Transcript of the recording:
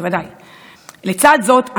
לצד זאת,